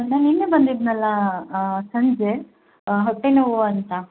ನಾನು ನಿನ್ನೆ ಬಂದಿದ್ನಲ್ಲಾ ಸಂಜೆ ಹೊಟ್ಟೆನೋವು ಅಂತ